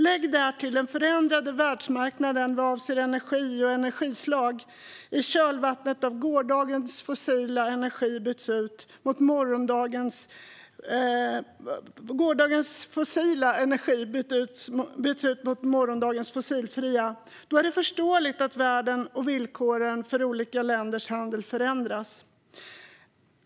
Lägg därtill den förändrade världsmarknaden vad avser energi och energislag i kölvattnet av att gårdagens fossila energi byts ut mot morgondagens fossilfria. Då är det förståeligt att världen och villkoren för olika länders handel förändras.